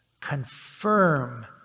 confirm